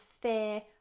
fear